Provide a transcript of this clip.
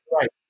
right